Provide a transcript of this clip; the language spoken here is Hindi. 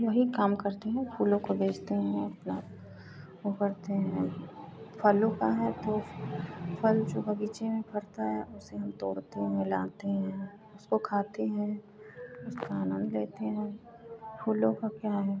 वही काम करते हैं फूलों को बेचते हैं अपना वो करते हैं फलों का है तो फल जो बगीचे में फरता है उसे हम तोड़ते मिलाते हैं उसको खाते हैं उसका आनंद लेते हैं फूलों का क्या है